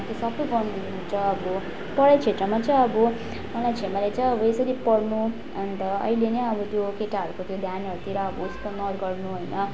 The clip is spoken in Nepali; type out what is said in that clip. त्यो सबै गर्नुहुन्छ अब पढाइ क्षेत्रमा चाहिँ अब मलाई छेमाले चाहिँ अब यसरी पढ्नु अन्त अहिले नै अब त्यो केटाहरूको त्यो ध्यानहरूतिर अब उस्तो नगर्नु होइन